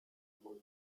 among